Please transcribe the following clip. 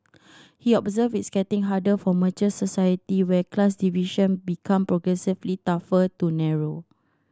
he observed it's getting harder for mature society where class division become progressively tougher to narrow